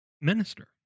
minister